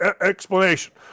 explanation